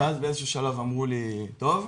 ואז באיזשהו שלב אמרו לי: טוב,